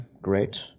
great